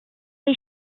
les